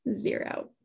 Zero